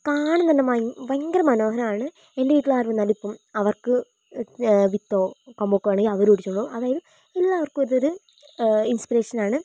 കാണാൻ തന്നെ ഭയങ്കര മൻ മനോഹരാണ് എൻ്റെ വീട്ടിലാര് വന്നാലും ഇപ്പം അവർക്ക് വിത്തോ കൊമ്പൊക്കെ വേണേൽ അവരൊടിച്ചോണ്ടു പോവും അതായത് എല്ലാവർക്കും ഒരുതരം ഇൻസ്പിറേഷനാണ്